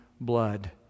blood